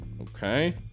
Okay